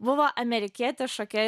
buvo amerikietė šokėja